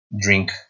drink